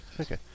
Okay